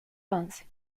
avance